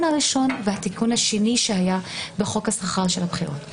הראשון והתיקון השני שהיה בחוק השכר של הבחירות.